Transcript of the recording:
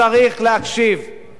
ואני אומר גם לבית הזה,